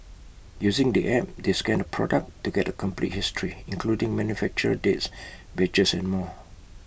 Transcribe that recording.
using the app they scan the product to get A complete history including manufacturer dates batches and more